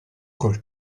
col